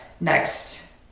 next